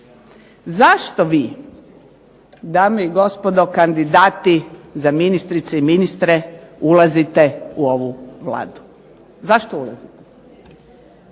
zašto vi dame i gospodo kandidati za ministrice i ministre ulazite u ovu Vladu? Zašto ulazite?